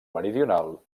meridional